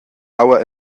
aua